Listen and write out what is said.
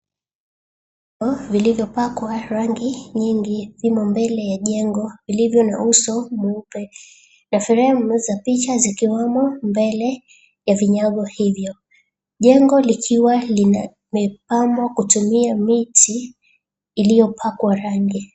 Vinyago vilivyopakwa rangi nyingi vipo mbele ya jengo vilivyo na uso mweupe. Fremu za picha zikiwemo mbele ya vinyago hivyo. Jengo likiwa limepambwa kutumia miti iliyopakwa rangi.